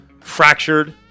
fractured